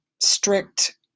strict